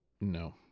No